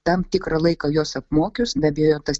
tam tikrą laiką juos apmokius be abejo tas